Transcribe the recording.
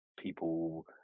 people